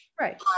right